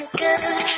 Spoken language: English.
good